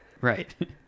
right